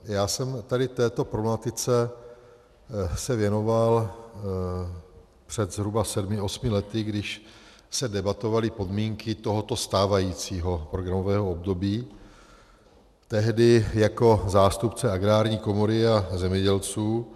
Já jsem tady této problematice se věnoval před zhruba sedmi, osmi lety, když se debatovaly podmínky tohoto stávajícího programového období, tehdy jako zástupce Agrární komory a zemědělců.